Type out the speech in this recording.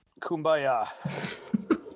Kumbaya